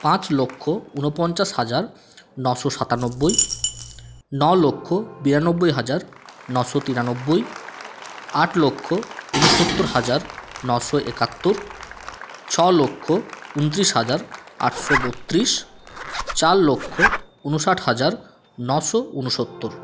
পাঁচ লক্ষ উনপঞ্চাশ হাজার নশো সাতানব্বই ন লক্ষ বিরানব্বই হাজার নশো তিরানব্বই আট লক্ষ উনসত্তর হাজার নশো একাত্তর ছ লক্ষ উনত্রিশ হাজার আটশো বত্রিশ চার লক্ষ উনষাট হাজার নশো উনসত্তর